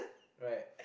right